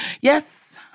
Yes